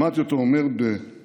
שמעתי אותו אומר בפומפוזיות,